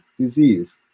disease